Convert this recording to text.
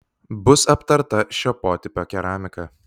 bus aptarta šio potipio keramika